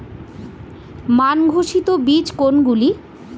মান ঘোষিত বীজ কোনগুলি?